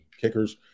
kickers –